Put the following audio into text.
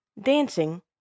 dancing